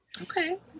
Okay